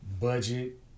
budget